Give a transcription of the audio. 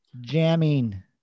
Jamming